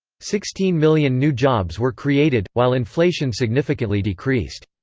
sixteen million new jobs were created, while inflation significantly decreased.